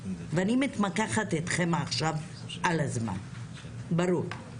ואני מתמקחת איתכם עכשיו על הזמן, זה ברור?